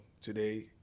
today